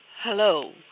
Hello